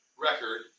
record